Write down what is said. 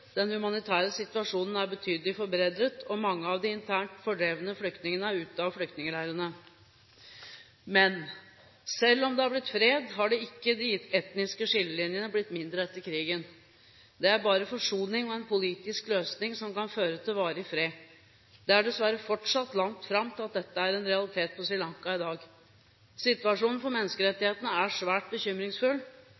den humanitære situasjonen er betydelig forbedret, og mange av de internt fordrevne flyktningene er ute av flyktningleirene. Men selv om det har blitt fred, har ikke de etniske skillelinjene blitt mindre etter krigen. Det er bare forsoning og en politisk løsning som kan føre til varig fred. Det er dessverre fortsatt langt fram til at dette er en realitet på Sri Lanka i dag. Situasjonen for